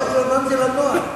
לא התלוננתי על הנוהל.